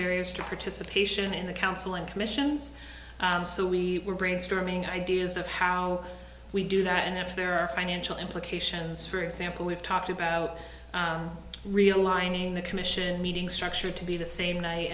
barriers to participation in the council and commissions so we were brainstorming ideas of how we do that and if there are financial implications for example we've talked about realigning the commission meeting structure to be the same